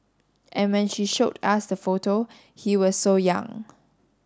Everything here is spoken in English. and when she showed us the photo he was so young